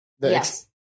yes